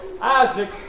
Isaac